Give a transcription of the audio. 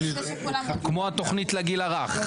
כמו התוכנית לגיל הרך.